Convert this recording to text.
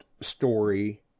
story